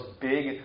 big